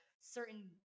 certain